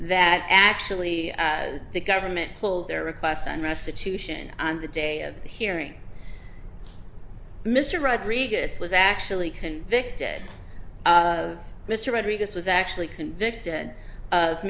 that actually the government pulled their requests and restitution and the day of the hearing mr rodriguez was actually convicted mr rodriguez was actually convicted of